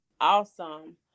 awesome